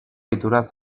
ohitura